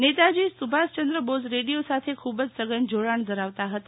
Netaji Subhashchandra Bose radio સાથે ખુબ જ સઘન જાડાણ ધરાવતાં હતા